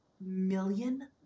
million